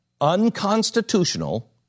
unconstitutional